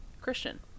Christian